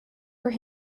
for